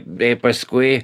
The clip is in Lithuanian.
bei paskui